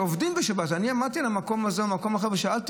אני עמדתי במקום הזה או במקום אחר ושאלתי